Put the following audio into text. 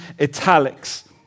italics